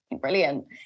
Brilliant